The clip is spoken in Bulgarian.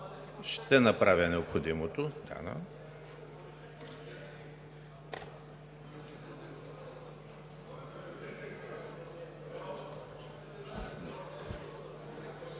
ще направя необходимото.